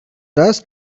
dust